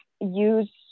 use